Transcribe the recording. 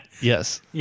Yes